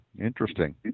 Interesting